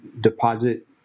deposit